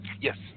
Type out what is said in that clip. yes